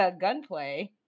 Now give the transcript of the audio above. Gunplay